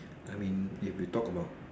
I mean if you talk about